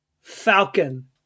falcon